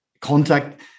contact